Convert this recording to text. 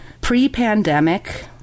Pre-pandemic